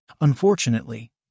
Unfortunately